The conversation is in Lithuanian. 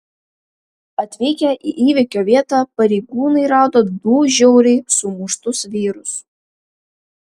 atvykę į įvykio vietą pareigūnai rado du žiauriai sumuštus vyrus